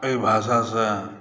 एहि भाषासँ